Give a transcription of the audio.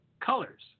colors